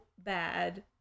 bad